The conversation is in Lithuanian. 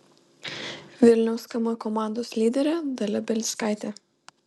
vilniaus km komandos lyderė dalia belickaitė